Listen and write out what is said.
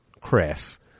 Chris